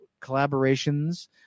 collaborations